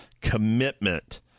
commitment